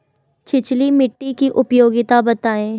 छिछली मिट्टी की उपयोगिता बतायें?